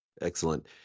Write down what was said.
Excellent